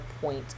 point